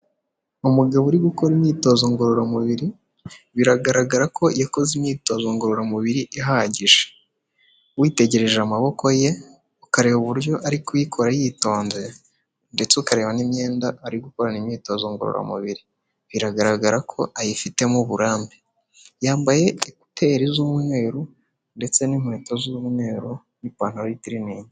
Umugabo uri gukora imyitozo ngororamubiri biragaragara ko yakoze imyitozo ngororamubiri ihagije witegereje amaboko ye ukareba uburyo ari kuyikora yitonze ndetse ukareba n'imyenda ari guko imyitozo ngororamubiri biragaragara ko ayifitemo uburambe yambaye ekuteri z'umweru ndetse n'inkweto z'umweru n'ipantaro yitrenigi.